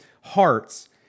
hearts